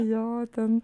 jo ten